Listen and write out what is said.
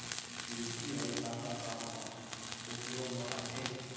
UPI का का काम मा उपयोग मा आथे?